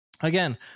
Again